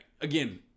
Again